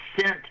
sent